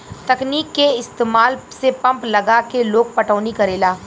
तकनीक के इस्तमाल से पंप लगा के लोग पटौनी करेला